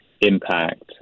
impact